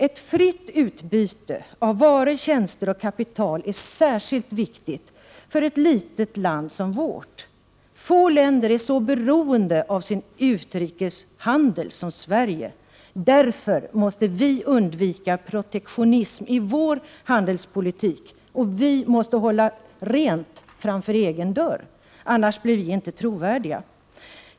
Ett fritt utbyte av varor, tjänster och kapital är särskilt viktigt för ett litet land som vårt. Få länder är så beroende av sin utrikeshandel som Sverige. Därför måste vi undvika protektionism i vår handelspolitik, och vi måste hålla rent framför egen dörr. Annars blir vi inte trovärdiga.